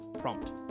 Prompt